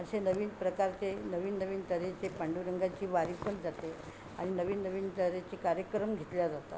असे नवीन प्रकारचे नवीन नवीन तऱ्हेचे पांडुरंगाची वारी पण जाते आणि नवीन नवीन तऱ्हेचे कार्यक्रम घेतले जातात